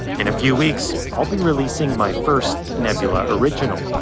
in a few weeks, i'll be releasing my first nebula original.